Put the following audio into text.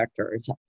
vectors